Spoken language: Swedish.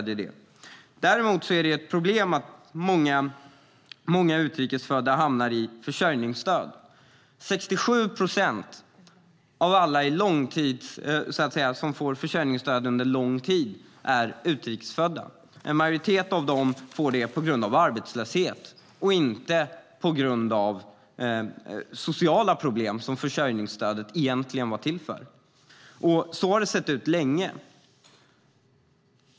Däremot är det ett problem att många utrikesfödda hamnar i försörjningsstöd. 67 procent av alla som får försörjningsstöd under lång tid är utrikesfödda. En majoritet av dem får stödet på grund av arbetslöshet och inte på grund av sociala problem, som försörjningsstödet egentligen var till för. Så har det sett ut länge.